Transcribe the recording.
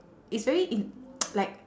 it's very in~ like